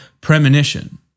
Premonition